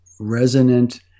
resonant